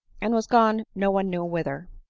and was gone no one knew whither.